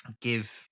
give